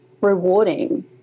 rewarding